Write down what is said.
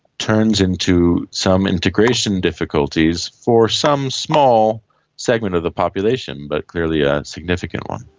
turns into some integration difficulties for some small segment of the population but clearly a significant one.